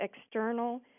external